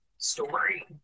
story